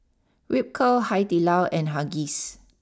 Ripcurl Hai Di Lao and Huggies